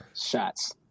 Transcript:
Shots